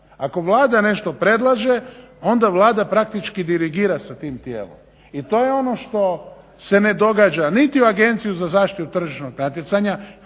Ako Vlada nešto predlaže onda Vlada praktički dirigira sa tim tijelom i to je ono što se ne događa niti u Agenciji za zaštitu tržišnog natjecanja,